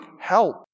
help